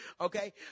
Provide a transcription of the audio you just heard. okay